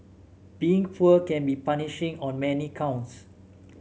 being poor can be punishing on many counts